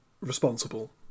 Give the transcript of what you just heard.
responsible